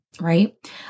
right